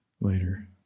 later